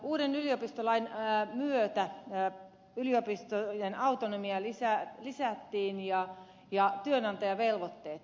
uuden yliopistolain myötä yliopistojen autonomiaa lisättiin ja työnantajavelvoitteet tulivat